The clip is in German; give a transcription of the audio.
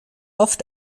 oft